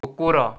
କୁକୁର